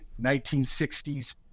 1960s